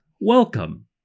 welcome